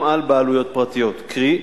גם על בעלויות פרטיות, קרי: